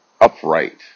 upright